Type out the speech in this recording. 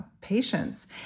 patients